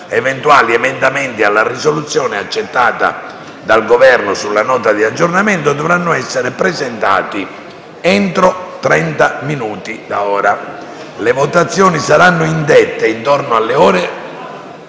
Eventuali emendamenti alla risoluzione accettata dal Governo sulla Nota di aggiornamento dovranno essere presentati entro trenta minuti dall'espressione del parere. Le votazioni saranno indette intorno alle ore